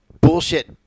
bullshit